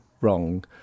wrong